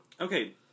Okay